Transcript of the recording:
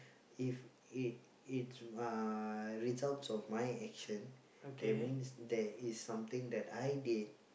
if it it's my results of my actions that means there is something that I did